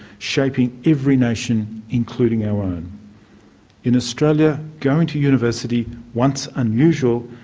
shaping every nation including our in australia going to university, once unusual,